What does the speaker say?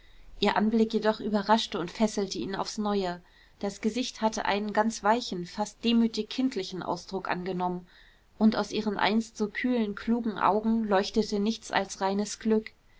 ihr anblick jedoch überraschte und fesselte ihn aufs neue das gesicht hatte einen ganz weichen fast demütig kindlichen ausdruck angenommen und aus ihren einst so kühlen klugen augen leuchtete nichts als reines glück